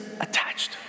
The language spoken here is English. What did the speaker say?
attached